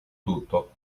tutto